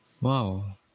Wow